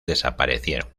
desaparecieron